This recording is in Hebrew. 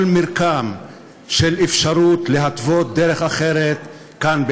מרקם של אפשרות להתוות דרך אחרת כאן,